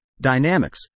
dynamics